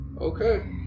Okay